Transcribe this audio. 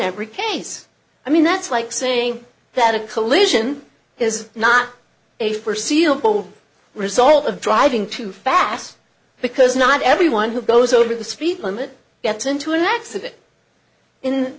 every case i mean that's like saying that a collision is not a forseeable result of driving too fast because not everyone who goes over the speed limit gets into an accident in